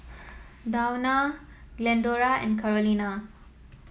Dawna Glendora and Carolina